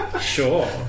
Sure